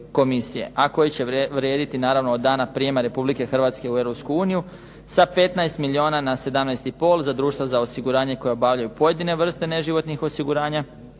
a koji će vrijediti naravno od dana prijema Republike Hrvatske u Europsku uniju sa 15 milijuna na 17,5 za društva za osiguranje koje obavljaju pojedine vrste neživotnih osiguranja,